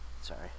sorry